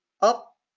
up